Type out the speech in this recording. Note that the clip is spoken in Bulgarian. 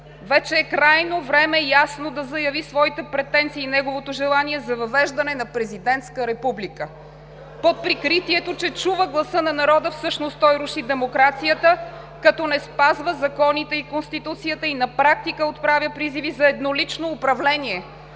Вече е крайно време ясно да заяви своите претенции и неговото желание за въвеждане на президентска република. Под прикритието, че чува гласа на народа, всъщност той руши демокрацията, като не спазва законите и Конституцията и на практика отправя призиви за еднолично управление.